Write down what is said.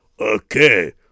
Okay